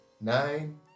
Nine